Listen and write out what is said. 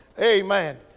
Amen